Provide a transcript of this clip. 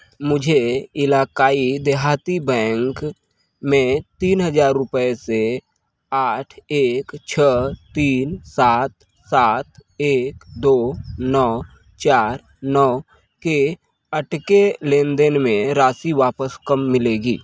मुझे इलाक़ाई देहाती बैंक में तीन हज़ार रुपय से आठ एक छ तीन सात सात एक दो नौ चार नौ के अटके लेन देन में राशि वापस कब मिलेगी